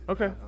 Okay